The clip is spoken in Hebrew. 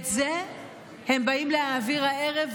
את זה הם באים להעביר הערב,